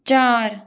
चार